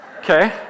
Okay